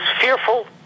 fearful